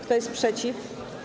Kto jest przeciw?